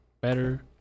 Better